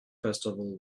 festival